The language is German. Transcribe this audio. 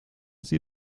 sie